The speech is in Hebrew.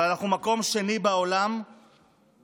אבל אנחנו מקום שני בעולם בצריכת